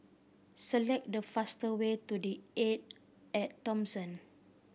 select the fast way to The Arte At Thomson